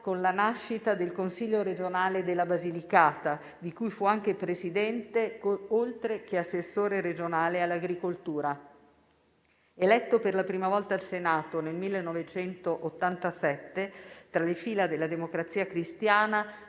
con la nascita del Consiglio regionale della Basilicata, di cui fu anche Presidente, oltre che assessore regionale all'agricoltura. Eletto per la prima volta al Senato nel 1987, tra le fila della Democrazia Cristiana,